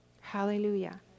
Hallelujah